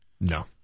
No